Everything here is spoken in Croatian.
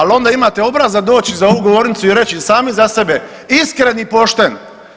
Ali onda imate obraza doći za ovu govornicu i reći sami za sebe, iskren i pošten.